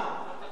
לא שמעתי.